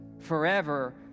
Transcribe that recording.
Forever